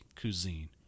Cuisine